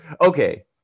Okay